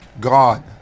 God